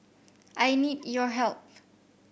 I need your help